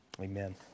Amen